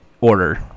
order